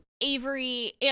Avery